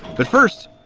but first,